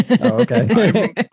Okay